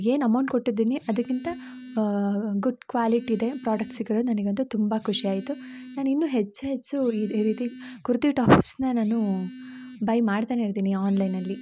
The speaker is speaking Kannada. ಏನು ಅಮೌಂಟ್ ಕೊಟ್ಟಿದೀನಿ ಅದಕ್ಕಿಂತ ಗುಡ್ ಕ್ವಾಲಿಟಿದೇ ಪ್ರಾಡಕ್ಟ್ ಸಿಕ್ಕಿರೋದು ನನಗಂತು ತುಂಬ ಖುಷಿ ಆಯಿತು ನಾನಿನ್ನು ಹೆಚ್ಚು ಹೆಚ್ಚು ಈ ರೀತಿ ಕುರ್ತಿ ಟಾಪ್ಸ್ನ ನಾನು ಬೈ ಮಾಡ್ತಾನೇ ಇರ್ತೀನಿ ಆನ್ಲೈನಲ್ಲಿ